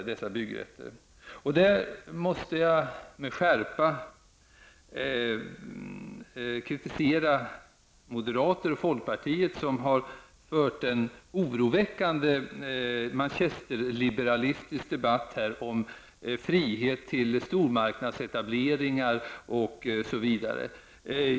I detta sammanhang måste jag med skärpa kritisera moderater och folkpartister som har fört en oroväckande manchesterliberalistisk debatt här om frihet för stormarknadsetableringar, osv.